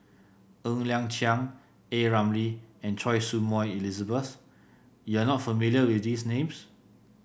Ng Liang Chiang A Ramli and Choy Su Moi Elizabeth you are not familiar with these names